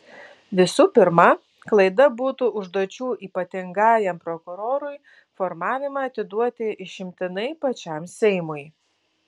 visų pirma klaida būtų užduočių ypatingajam prokurorui formavimą atiduoti išimtinai pačiam seimui